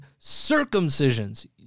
circumcisions